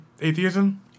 atheism